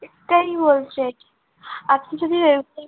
এটাই বলছি আর কি আপনি যদি